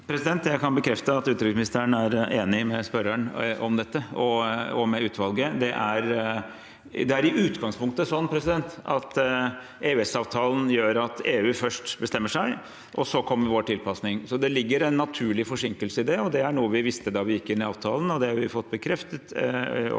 Jeg kan bekrefte at utenriksministeren er enig med spørreren og med utvalget om dette. Det er i utgangspunktet sånn at EØS-avtalen gjør at EU først bestemmer seg, og så kommer vår tilpasning. Det ligger en naturlig forsinkelse i det, og det er noe vi visste da vi gikk inn i avtalen, og vi har fått bekreftet